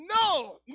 no